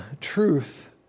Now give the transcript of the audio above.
truth